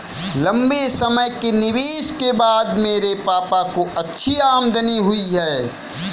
लंबे समय के निवेश के बाद मेरे पापा को अच्छी आमदनी हुई है